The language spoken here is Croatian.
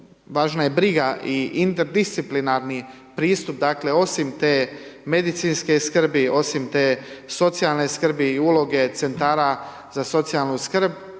važna je briga i interdisciplinarni pristup, dakle, osim te medicinske skrbi, osim te socijalne skrbi i uloge centara za socijalnu skrb,